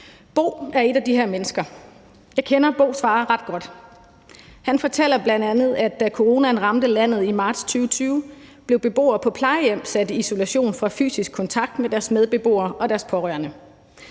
Bo er et af de her mennesker. Jeg kender Bos far ret godt. Han fortæller bl.a., at da coronaen ramte landet i marts 2020, blev beboere på plejehjem sat i isolation fra fysisk kontakt med deres medbeboere og deres pårørende.